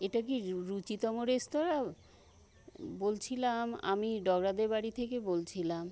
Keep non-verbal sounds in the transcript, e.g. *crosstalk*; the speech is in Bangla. এটা কি রুচিতম রেস্তোরাঁ বলছিলাম আমি *unintelligible* বাড়ি থেকে বলছিলাম